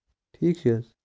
ٹھیٖک چھٕے حظ